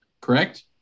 correct